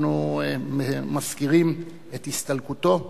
אנחנו מזכירים את הסתלקותו.